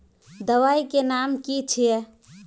दबाई के नाम की छिए?